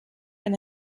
and